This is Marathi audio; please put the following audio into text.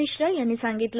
मिश्रा यांनी सांगितलं